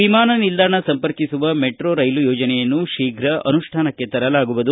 ವಿಮಾನ ನಿಲ್ದಾಣ ಸಂಪರ್ಕಿಸುವ ಮೆಟ್ರೋ ರೈಲು ಯೋಜನೆಯನ್ನು ಶೀಪ್ರ ಅನುಷ್ಠಾನಕ್ಕೆ ತರಲಾಗುವುದು